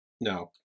no